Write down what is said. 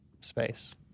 space